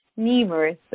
numerous